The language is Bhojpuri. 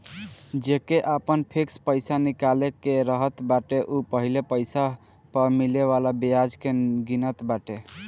जेके आपन फिक्स पईसा निकाले के रहत बाटे उ पहिले पईसा पअ मिले वाला बियाज के गिनत बाटे